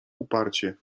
uparcie